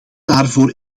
daarvoor